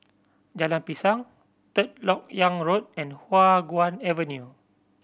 Jalan Pisang Third Lok Yang Road and Hua Guan Avenue